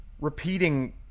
repeating